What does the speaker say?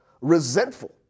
resentful